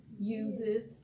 uses